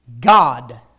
God